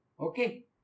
okay